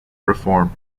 reform